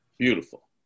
Beautiful